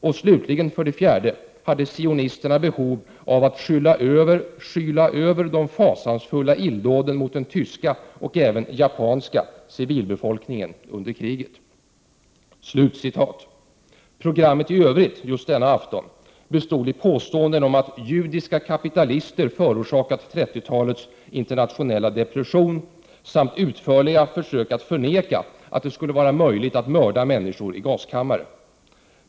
Och slutligen, för det fjärde, hade sionisterna behov av att skyla över dom fasansfulla illdåden mot den tyska och även japanska civilbefolkningen under kriget.” Programmet i övrigt just denna afton bestod av påståenden om att judiska kapitalister förorsakat 30-talets internationella depression och av utförliga försök att förneka att det skulle vara möjligt att mörda människor i gaskammare.